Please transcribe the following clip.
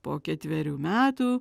po ketverių metų